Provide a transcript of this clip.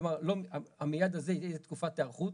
כלומר, ה-"מיד" הזה יהיה איזה תקופת היערכות.